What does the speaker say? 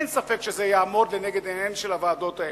אין ספק שזה יעמוד לנגד עיניהן של הוועדות האלה.